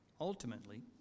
ultimately